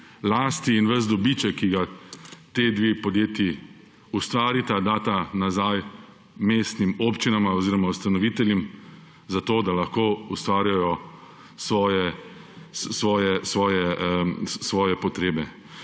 lasti, in ves dobiček, ki ga ti dve podjetji ustvarita, data nazaj mestnim občinam oziroma ustanoviteljem za to, da lahko ustvarjajo za svoje potrebe.